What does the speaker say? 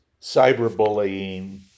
cyberbullying